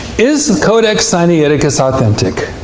is codex sinaiticus authentic?